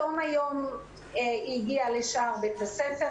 בתום היום הילדה הגיעה לשער בית הספר,